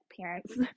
parents